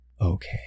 okay